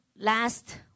last